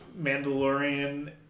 Mandalorian